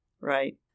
right